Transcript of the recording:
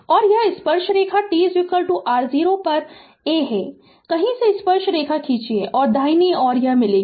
Refer Slide Time 1634 और यह स्पर्शरेखा t r 0 पर a है कहीं से स्पर्श रेखा खींचिए और यह दाहिनी ओर मिलेगी